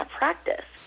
practice